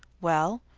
well,